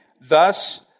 thus